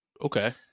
Okay